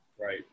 Right